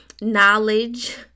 knowledge